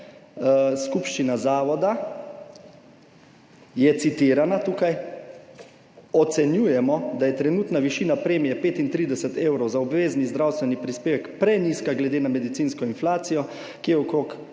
skupščina zavoda je citirana tukaj: "Ocenjujemo, da je trenutna višina premije 35 evrov za obvezni zdravstveni prispevek prenizka glede na medicinsko inflacijo, ki je okrog